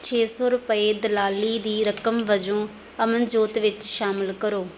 ਛੇ ਸੌ ਰੁਪਏ ਦਲਾਲੀ ਦੀ ਰਕਮ ਵਜੋਂ ਅਮਨਜੋਤ ਵਿੱਚ ਸ਼ਾਮਲ ਕਰੋ